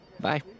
bye